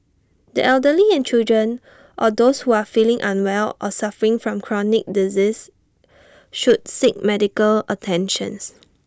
the elderly and children or those who are feeling unwell or suffering from chronic disease should seek medical attentions